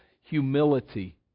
humility